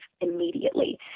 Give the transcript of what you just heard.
immediately